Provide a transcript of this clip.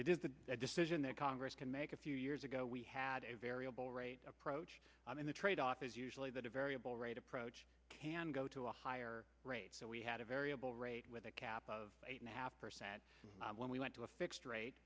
is a decision that congress can make a few years ago we had a variable rate approach and the tradeoff is usually that a variable rate approach can go to a higher rate so we had a variable rate with a cap of eight and a half percent when we went to a fixed rate